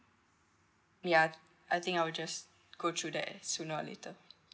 ya I think I'll just go through that sooner or later